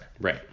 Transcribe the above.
right